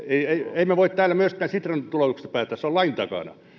emme voi täällä myöskään sitran tuloutuksesta päättää se on lain takana